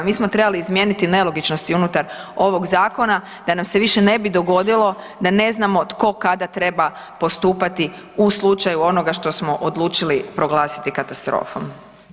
Mi smo trebali izmijeniti nelogičnosti unutar ovoga zakona da nam se više ne bi dogodilo da ne znam tko, kada treba postupati u slučaju onoga što smo odlučili proglasiti katastrofom.